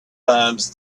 times